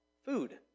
Food